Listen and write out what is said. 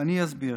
ואני אסביר.